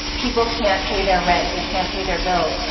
people can't pay their rent. they can't pay their bills.